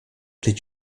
did